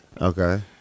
Okay